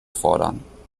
fordern